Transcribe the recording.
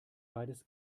beides